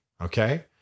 okay